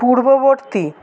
পূর্ববর্তী